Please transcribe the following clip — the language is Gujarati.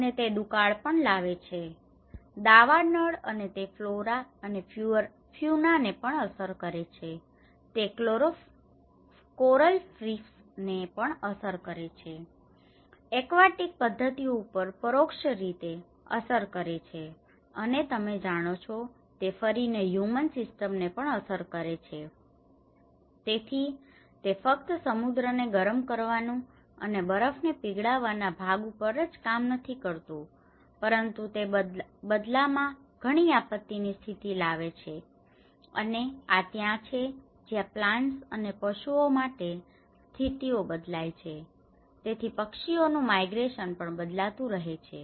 અને તે દુકાળ પણ લાવે છે દાવાનળ અને તે ફ્લોરા અને ફ્યુના ને પણ અસર કરે છે તે કોરલરિફ્સ ને પણ અસર કરે છે જે એક્વાટિક પદ્ધતિ ઉપર પરોક્ષ રીતે અસર કરે છે અને તમે જાણો છો તે ફરીને હ્યુમન સિસ્ટમ ને પણ અસર કરે છે તેથી તે ફક્ત સમુદ્ર ને ગરમ કરવાનું અને બરફ ને પીગળાવવાના ભાગ ઉપરજ કામ નથી કરતુ પરંતુ તે બદલામાં ઘણી આપત્તિ ની સ્થિતિઓ લાવે છે અને આ ત્યાં છે જ્યાં પ્લાન્ટ્સ અને પશુઓ માટે સ્થિતિઓ બદલાય છે તેથી પક્ષીઓનું માઈગ્રેશન પણ બદલાતું રહે છે